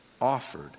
offered